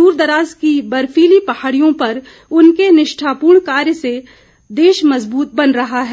दूरदराज की बर्फीली पहाड़ियों पर उनके निष्ठापूर्ण कार्य से देश मजबूत बन रहा है